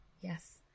Yes